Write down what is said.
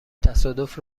تصادف